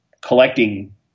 collecting